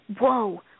whoa